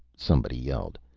somebody yelled.